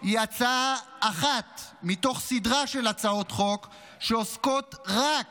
היא הצעה אחת מתוך סדרה של הצעות חוק שעוסקות רק